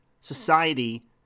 society